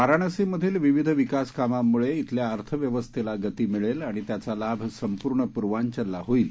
वाराणसीमधील विविध विकासकामांमुळे शेल्या अर्थव्यवस्थेला गती मिळेल आणि त्याचा लाभ संपूर्ण पूर्वांचलला होईल